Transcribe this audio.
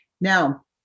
Now